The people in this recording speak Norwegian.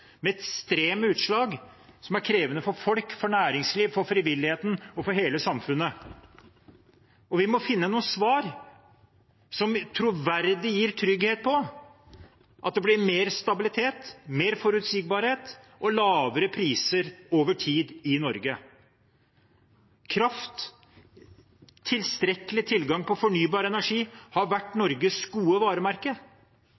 ekstreme utslag, som er krevende for folk, for næringslivet, for frivilligheten og for hele samfunnet. Vi må finne noen svar som på troverdig vis gir trygghet for at det blir mer stabilitet, mer forutsigbarhet og lavere priser over tid i Norge. Kraft og tilstrekkelig tilgang på fornybar energi har vært